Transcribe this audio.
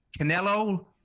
Canelo